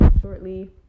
shortly